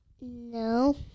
No